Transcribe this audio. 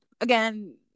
again